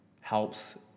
helps